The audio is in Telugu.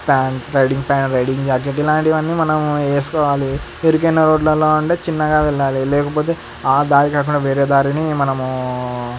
pant riding pant riding jacket ఇలాంటివన్నీ మనం వేసుకోవాలి ఇరుకైన రోడ్లలో ఉంటే చిన్నగా వెళ్ళాలి లేకపోతే ఆ దారి కాకుండా వేరే దారిని మనము